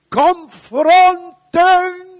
confronting